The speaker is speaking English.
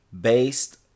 based